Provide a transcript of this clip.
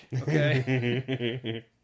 okay